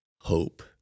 hope